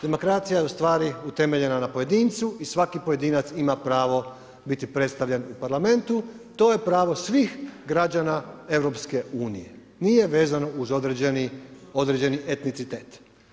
Demokracija je ustvari utemeljena na pojedincu i svaki pojedinac ima pravo biti predstavljen u Parlamentu, to je pravo svih građana EU, nije vezano uz određeni etnicitet.